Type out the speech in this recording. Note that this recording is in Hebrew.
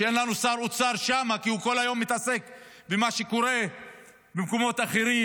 כשאין לנו שר אוצר שם כי הוא כל היום מתעסק במה שקורה במקומות אחרים.